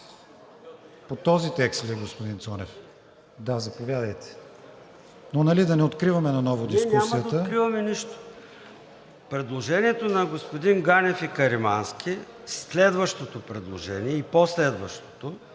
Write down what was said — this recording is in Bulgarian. По този текст ли, господин Цонев? Да, заповядайте, но нали да не откриваме наново дискусията. ЙОРДАН ЦОНЕВ (ДПС): Не, няма да откриваме нищо. Предложението на господин Ганев и Каримански, следващото предложение и по-следващото